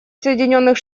соединенных